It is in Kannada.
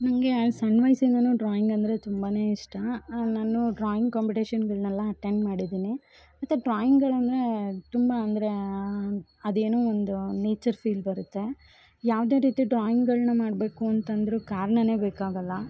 ನಂಗೇ ಸಣ್ಣ ವಯಸ್ಸಿಂದನು ಡ್ರಾಯಿಂಗ್ ಅಂದರೆ ತುಂಬಾ ಇಷ್ಟ ನಾನು ಡ್ರಾಯಿಂಗ್ ಕಾಂಪಿಟೇಷನ್ಗಳನೆಲ್ಲ ಅಟೆಂಡ್ ಮಾಡಿದ್ದೀನಿ ಮತ್ತು ಡ್ರಾಯಿಂಗಳು ಅಂದರೆ ತುಂಬ ಅಂದರೆ ಅದೇನು ಒಂದು ನೇಚರ್ ಫೀಲ್ ಬರುತ್ತೆ ಯಾವುದೇ ರೀತಿಯ ಡ್ರಾಯಿಂಗ್ಗಳನ್ನು ಮಾಡಬೇಕು ಅಂತ ಅಂದರು ಕಾರಣನೇ ಬೇಕಾಗೊಲ್ಲ